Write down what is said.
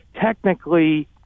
technically